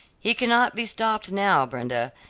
he cannot be stopped now, brenda,